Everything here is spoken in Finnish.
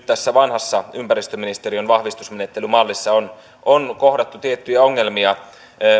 tässä vanhassa ympäristöministeriön vahvistusmenettelymallissa on on kohdattu tiettyjä ongelmia